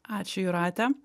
ačiū jūrate